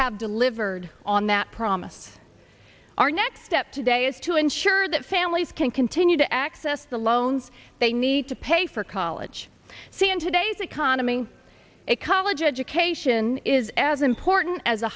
have delivered on that promise our next step today is to ensure that families can continue to access the loans they need to pay for college see in today's economy a college education is as important as a